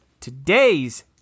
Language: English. today's